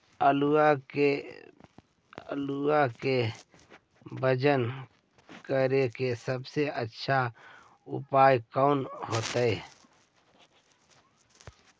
आलुआ के वजन करेके सबसे अच्छा उपाय कौन होतई?